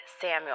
Samuel